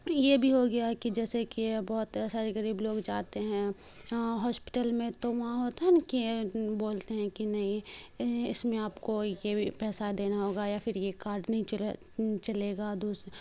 یہ بھی ہو گیا کہ جیسے کہ بہت سارے غریب لوگ جاتے ہیں ہاشپٹل میں تو وہاں ہوتا ہے نا کہ بولتے ہیں کہ نہیں اس میں آپ کو یہ بھی پیسہ دینا ہوگا یا پھر یہ کارڈ نہیں چلا چلے گا دوس